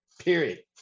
Period